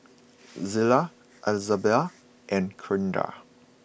Zillah Izabella and Kindra